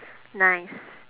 nice